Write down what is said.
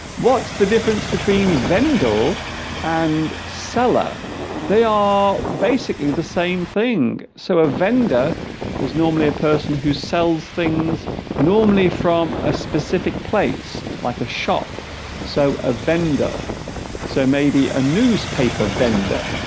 what's the difference between vendor and seller they are basically the same thing so a vendor is normally a person who sells things normally from a specific place like a shop so a vendor so maybe a newspaper vendor